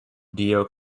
dio